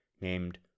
named